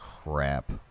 crap